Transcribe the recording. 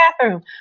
bathroom